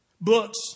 Books